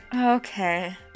Okay